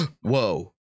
Whoa